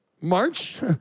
March